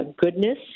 goodness